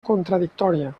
contradictòria